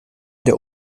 der